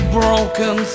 broken